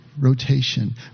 rotation